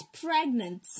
pregnant